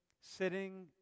sitting